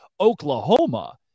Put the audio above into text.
Oklahoma